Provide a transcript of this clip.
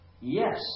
Yes